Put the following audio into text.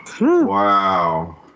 Wow